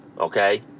Okay